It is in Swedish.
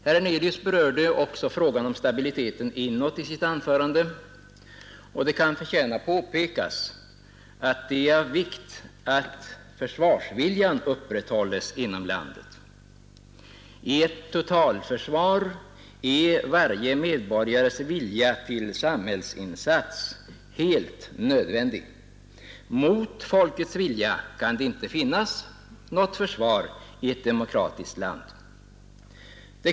Herr Hernelius berörde i sitt anförande också frågan om stabiliteten inåt, och det kan förtjäna påpekas att det är av vikt att försvarsviljan inom landet upprätthålles. I ett totalförsvar är varje medborgares vilja till samhällsinsats nödvändig. Mot folkets vilja kan det inte finnas något försvar i ett demokratiskt land.